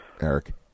Eric